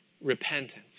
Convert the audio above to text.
repentance